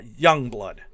Youngblood